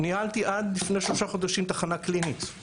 עד לפני שלושה חודשים אני ניהלתי תחנה קלינית,